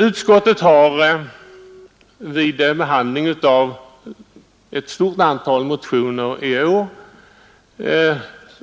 Utskottet har vid behandlingen av ett stort antal motioner i år,